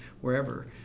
wherever